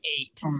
eight